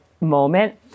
moment